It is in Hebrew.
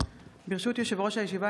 ברשות יושב-ראש הישיבה,